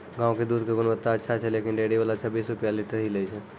गांव के दूध के गुणवत्ता अच्छा छै लेकिन डेयरी वाला छब्बीस रुपिया लीटर ही लेय छै?